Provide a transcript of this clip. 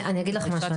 אני אגיד לך משהו.